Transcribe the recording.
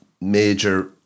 major